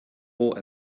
roh